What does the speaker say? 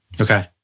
Okay